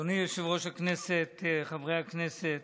אדוני יושב-ראש הכנסת, חברי הכנסת,